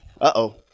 uh-oh